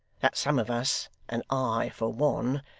that some of us, and i for one,